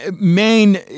main